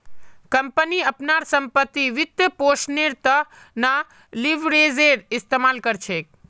company अपनार संपत्तिर वित्तपोषनेर त न लीवरेजेर इस्तमाल कर छेक